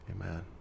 Amen